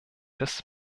des